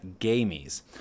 gamies